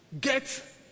Get